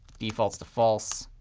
defaults to false.